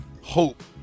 Hope